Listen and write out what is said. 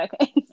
Okay